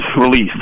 released